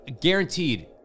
guaranteed